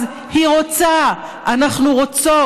אז היא רוצה, אנחנו רוצות.